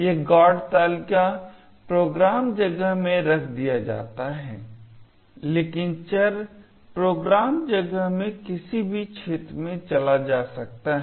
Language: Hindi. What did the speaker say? यह GOT तालिका प्रोग्राम जगह में रख दिया जाता है लेकिन चर प्रोग्राम जगह में किसी भी क्षेत्र में चला जा सकता है